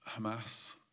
Hamas